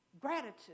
gratitude